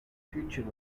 future